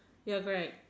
ya correct